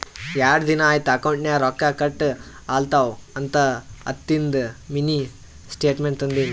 ಯಾಡ್ ದಿನಾ ಐಯ್ತ್ ಅಕೌಂಟ್ ನಾಗ್ ರೊಕ್ಕಾ ಕಟ್ ಆಲತವ್ ಅಂತ ಹತ್ತದಿಂದು ಮಿನಿ ಸ್ಟೇಟ್ಮೆಂಟ್ ತಂದಿನಿ